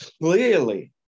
clearly